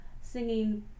singing